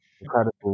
Incredible